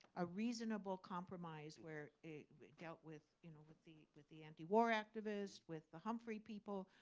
a reasonable compromise, where it dealt with you know but the with the anti-war activists, with the humphrey people,